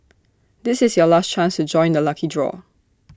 this is your last chance to join the lucky draw